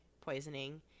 poisoning